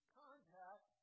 contact